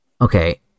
Okay